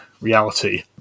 reality